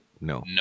No